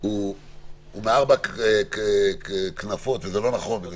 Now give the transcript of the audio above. הוא מארבע כנפות, וזה לא נכון.